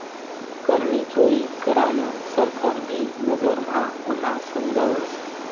करनी चोरी करान सरकार भी नजर म्हा गुन्हा समजावस